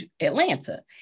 Atlanta